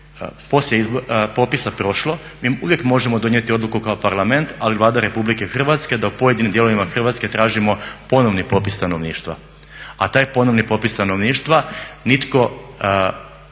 poslije popisa prošlo, mi uvijek možemo donijeti odluku kao Parlamenta ali Vlada RH da u pojedinim dijelovima Hrvatske tražimo ponovni popis stanovništva, a taj ponovni popis stanovništva nitko